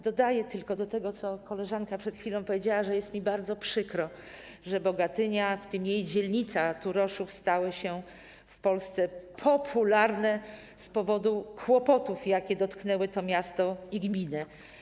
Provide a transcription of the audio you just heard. Dodaję tylko do tego, co przed chwilą powiedziała koleżanka, że jest mi bardzo przykro, że Bogatynia, w tym jej dzielnica Turoszów, stała się w Polsce popularna z powodu kłopotów, jakie dotknęły to miasto i gminę.